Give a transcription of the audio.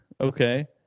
Okay